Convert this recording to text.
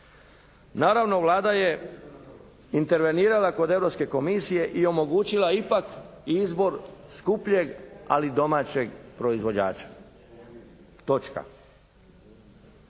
Naravno Vlada je intervenirala kod Europske komisije i omogućila ipak izbor skupljeg ali domaćeg proizvođača. Točka.